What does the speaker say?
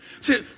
See